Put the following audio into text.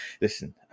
Listen